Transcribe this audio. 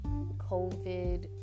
covid